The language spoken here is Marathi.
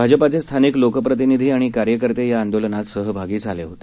भाजपाचे स्थानिक लोकप्रनिधी आणि कार्यकर्ते या आंदोलनात सहभागी झाले होते